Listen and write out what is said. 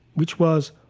which was,